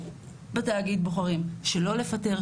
בתאגיד בוחרים שלא לפטר.